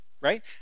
right